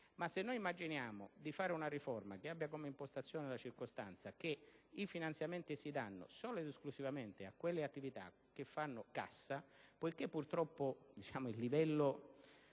e se noi immaginassimo di fare una riforma che abbia come sola impostazione la circostanza che i finanziamenti si danno solo ed esclusivamente a quelle attività che fanno cassa, poiché purtroppo il livello